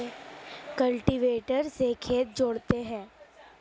cultivator से खेत जोतते हैं